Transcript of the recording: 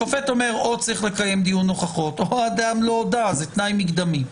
שופט אומר או צריך לקיים דיון הוכחות או האדם לא הודה וזה תנאי מקדמי.